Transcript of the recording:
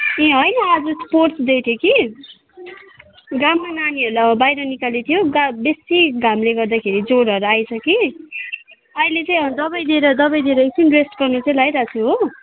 ए होइन आज sports day थियो कि घाममा नानीहरूलाई बाहिर निकालेको थियो बेसी घामले गर्दाखेरि ज्वरोहरू आएछ कि अहिले चाहिँ दवाई दिएर दवाई दिएर एकछिन रेस्ट गर्नु चाहिँ लगाइराखेको छु हो